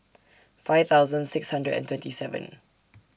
five thousand six hundred and twenty seven